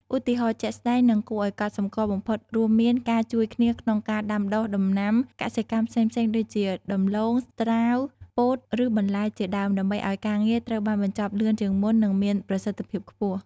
ឧទាហរណ៍ជាក់ស្តែងនិងគួរឱ្យកត់សម្គាល់បំផុតរួមមានការជួយគ្នាក្នុងការដាំដុះដំណាំកសិកម្មផ្សេងៗដូចជាដំឡូង ត្រាវ ពោត ឬបន្លែជាដើម ដើម្បីឲ្យការងារត្រូវបានបញ្ចប់លឿនជាងមុននិងមានប្រសិទ្ធភាពខ្ពស់។